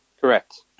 Correct